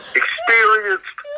experienced